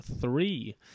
three